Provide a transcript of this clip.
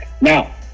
Now